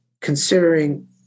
considering